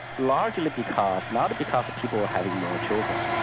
largely because not because people were having more children,